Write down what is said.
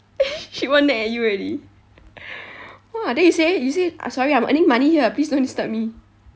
then she won't nag at you already !wah! then you say you say uh sorry I'm earning money here please don't disturb me